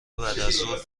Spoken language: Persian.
بعدازظهر